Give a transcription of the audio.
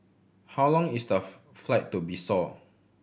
how long is the flight to Bissau